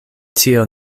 tio